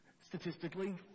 Statistically